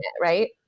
right